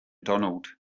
donald